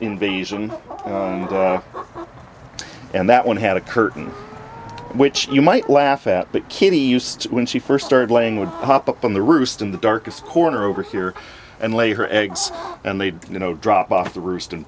invasion and that one had a curtain which you might laugh at but kitty used to when she first started laying would hop up on the roost in the darkest corner over here and lay her eggs and they'd you know drop off the roost and